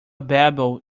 babbled